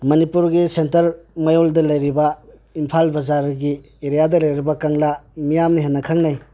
ꯃꯅꯤꯄꯨꯔꯒꯤ ꯁꯦꯟꯇꯔ ꯃꯌꯣꯜꯗ ꯂꯩꯔꯤꯕ ꯏꯝꯐꯥꯜ ꯕꯖꯥꯔꯒꯤ ꯑꯦꯔꯤꯌꯥꯗ ꯂꯩꯔꯤꯕ ꯀꯪꯂꯥ ꯃꯤꯌꯥꯝꯅ ꯍꯦꯟꯅ ꯈꯪꯅꯩ